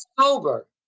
sober